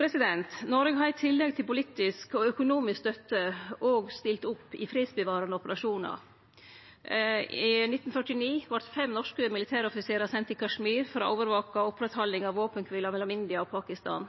følgde. Noreg har i tillegg til politisk og økonomisk støtte òg stilt opp i fredsbevarande operasjonar. I 1949 vart fem norske militæroffiserar sende til Kashmir for å overvake våpenkvila mellom India og Pakistan.